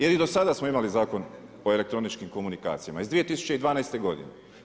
Jer i do sada smo imali Zakon o elektroničkim komunikacijama iz 2012. godine.